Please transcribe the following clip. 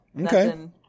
Okay